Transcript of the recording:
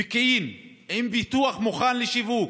פקיעין, פיתוח מוכן לשיווק,